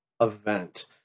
event